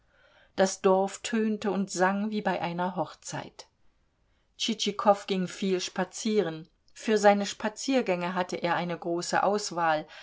das dorf tönte und sang wie bei einer hochzeit tschitschikow ging viel spazieren für seine spaziergänge hatte er eine große auswahl